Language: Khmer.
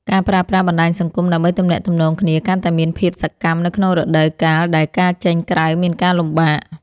ការប្រើប្រាស់បណ្ដាញសង្គមដើម្បីទំនាក់ទំនងគ្នាកាន់តែមានភាពសកម្មនៅក្នុងរដូវកាលដែលការចេញក្រៅមានការលំបាក។